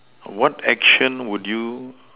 what action would you